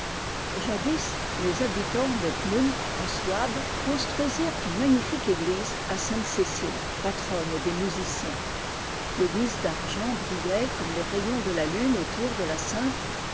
jadis les habitants de gmund en souabe conslruisirent une magnilique église à sainte cécile patronne des musiciens des lis d'argent brillaient comme les rayons de la lune autour de la sainte